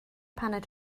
paned